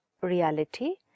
Reality